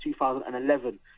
2011